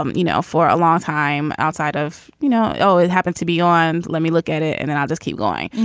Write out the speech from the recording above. um you know, for a long time outside of, you know, always happen to be on. let me look at it and and i'll just keep going.